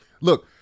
look